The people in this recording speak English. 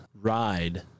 ride